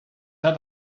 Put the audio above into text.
had